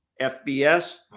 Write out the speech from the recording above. FBS